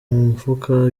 mufuka